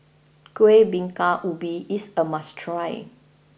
KuehBingka Ubi is a must try